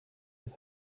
have